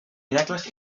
miracles